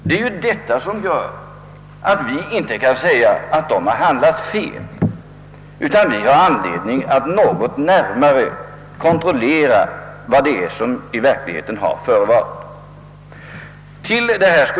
Det är ju detta som gör att vi inte kan säga att någon myndighet handlat fel men att vi har anledning att något närmare kontrollera vad det är som i verkligheten har förevarit.